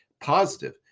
positive